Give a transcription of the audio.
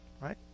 Right